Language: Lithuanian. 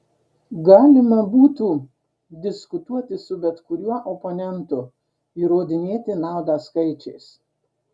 galima būtų diskutuoti su bet kuriuo oponentu įrodinėti naudą skaičiais